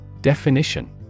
Definition